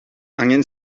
angen